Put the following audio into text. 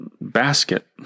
basket